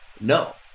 No